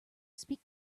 speak